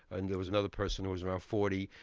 and there was another person who was around forty.